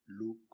look